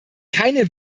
keine